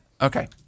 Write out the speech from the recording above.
Okay